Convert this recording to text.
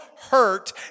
hurt